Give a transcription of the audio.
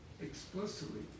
explicitly